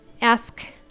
ask